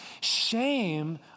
Shame